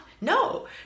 no